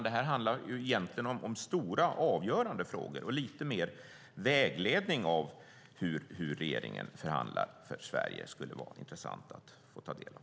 Detta handlar egentligen om stora avgörande frågor. Lite mer vägledning om hur regeringen förhandlar för Sverige skulle vara intressant att få ta del av.